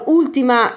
ultima